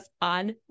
on